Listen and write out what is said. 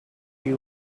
you